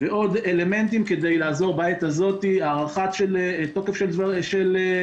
ועוד אלמנטים כדי לעזור בעת הזו הארכת תוקף של תקנים,